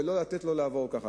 ולא לתת לו לעבור ככה.